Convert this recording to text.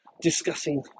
discussing